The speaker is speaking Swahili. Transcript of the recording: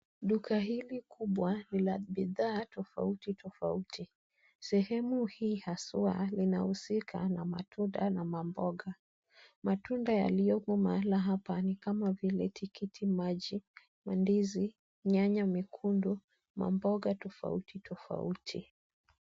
Duka hili kubwa ni la bidhaa tofauti tofauti. Sehemu hii haswa linausika na matunda na mamboga. Matunda yaliyopa mahali hapa ni kama vile, tikiti maji, mandizi, nyanya mekundu, mamboga tofauti tofauti.